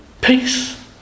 peace